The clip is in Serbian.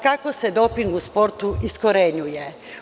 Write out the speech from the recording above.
Kako se doping u sportu iskorenjuje?